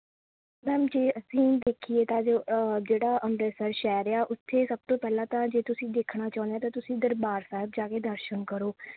ma'am ਜੇ ਅਸੀਂ ਦੇਖੀਏ ਤਾਂ ਜੋ ਜਿਹੜਾ ਅੰਮ੍ਰਿਤਸਰ ਸ਼ਹਿਰ ਹੈ ਉੱਥੇ ਸਭ ਤੋਂ ਪਹਿਲਾਂ ਤਾਂ ਜੇ ਤੁਸੀਂ ਦੇਖਣਾ ਚਾਹੁੰਦੇ ਹੈ ਤਾਂ ਤੁਸੀਂ ਦਰਬਾਰ ਸਾਹਿਬ ਜਾ ਕੇ ਦਰਸ਼ਨ ਕਰੋ